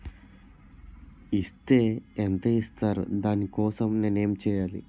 Is తే ఎంత ఇస్తారు దాని కోసం నేను ఎంచ్యేయాలి?